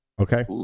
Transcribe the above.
okay